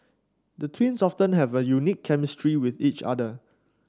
the twins often have a unique chemistry with each other